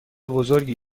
بزرگی